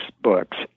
books